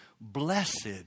Blessed